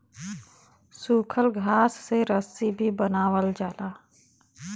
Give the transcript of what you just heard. सूखल घास से रस्सी भी बनावल जाला